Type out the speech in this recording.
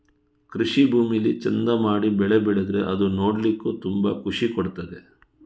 ಕೃಷಿ ಭೂಮಿಲಿ ಚಂದ ಮಾಡಿ ಬೆಳೆ ಬೆಳೆದ್ರೆ ಅದು ನೋಡ್ಲಿಕ್ಕೂ ತುಂಬಾ ಖುಷಿ ಕೊಡ್ತದೆ